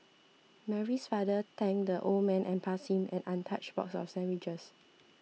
Mary's father thanked the old man and passed him an untouched box of sandwiches